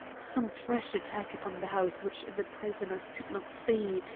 some fresh attack upon the house which the prisoners could not see,